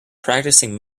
practicing